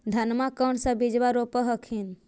धनमा कौन सा बिजबा रोप हखिन?